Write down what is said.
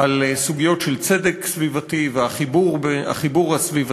על סוגיות של צדק סביבתי והחיבור הסביבתי-חברתי,